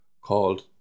called